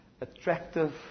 attractive